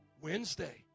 wednesday